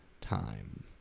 time